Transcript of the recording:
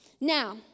Now